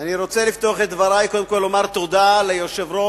אני רוצה לפתוח את דברי וקודם כול לומר תודה ליושב-ראש